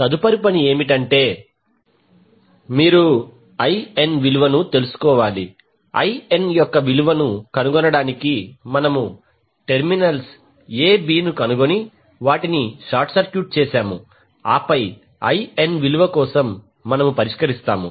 తదుపరి పని ఏమిటంటే మీరు IN విలువను తెలుసుకోవాలి IN యొక్క విలువను కనుగొనడానికి మనము టెర్మినల్స్ a b ను కనుగొని వాటిని షార్ట్ సర్క్యూట్ చేశాము ఆపై IN విలువ కోసం మనము పరిష్కరిస్తాము